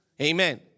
Amen